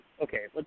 Okay